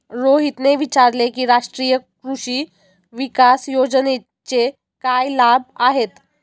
रोहितने विचारले की राष्ट्रीय कृषी विकास योजनेचे काय लाभ आहेत?